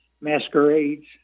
masquerades